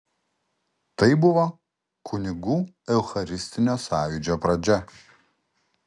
tai buvo kunigų eucharistinio sąjūdžio pradžia